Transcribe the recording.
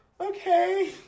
okay